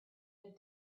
have